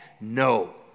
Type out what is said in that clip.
no